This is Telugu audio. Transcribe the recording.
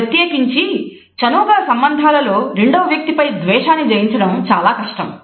ప్రత్యేకించి చనువు గల సంబంధాలలో రెండవ వ్యక్తి పై ద్వేషాన్ని జెయించడం చాలా కష్టం